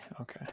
okay